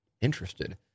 interested